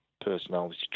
personality